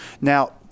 Now